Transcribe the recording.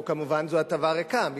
כמובן זו הטבה ריקה.